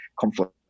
conflict